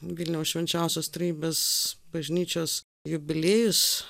vilniaus švenčiausios trejybės bažnyčios jubiliejus